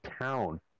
town